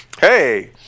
hey